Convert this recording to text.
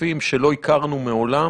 בהיקפים שלא הכרנו מעולם.